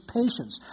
patience